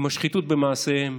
עם השחיתות במעשיהם,